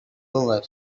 over